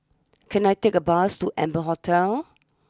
can I take a bus to Amber Hotel